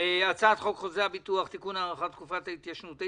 מי בעד אישור הצעת חוק חוזה הביטוח (תיקון - הארכת תקופת ההתיישנות),